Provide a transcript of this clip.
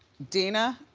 dina,